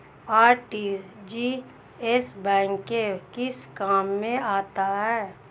RTGS bank के किस काम में आता है?